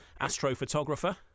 astrophotographer